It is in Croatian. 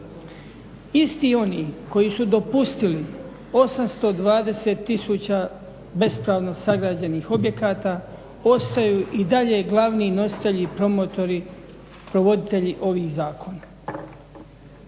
Isti oni koji su dopustili 820 000 bespravno sagrađenih objekata ostaju i dalje glavni nositelji i provoditelji ovih zakona.